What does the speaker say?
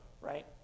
right